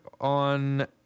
on